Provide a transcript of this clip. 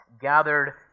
gathered